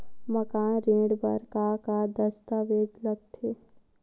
मकान ऋण बर का का दस्तावेज लगथे?